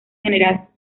general